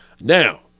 Now